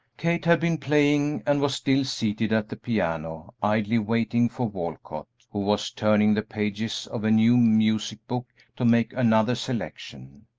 kate had been playing, and was still seated at the piano, idly waiting for walcott, who was turning the pages of a new music-book, to make another selection.